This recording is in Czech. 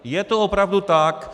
Je to opravdu tak.